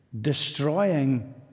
destroying